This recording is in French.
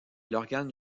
l’organe